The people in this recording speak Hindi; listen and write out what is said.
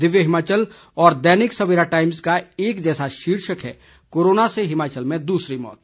दिव्य हिमाचल और दैनिक सवेरा टाइम्स का एक जैसा शीर्षक है कोरोना से हिमाचल में दूसरी मौत